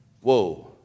Whoa